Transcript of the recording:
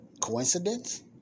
Coincidence